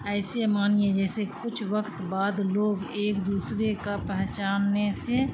ایسے مانیے جیسے کچھ وقت بعد لوگ ایک دوسرے کا پہچاننے سے